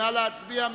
נא להצביע.